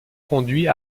conduit